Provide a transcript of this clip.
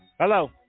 Hello